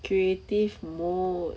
creative mode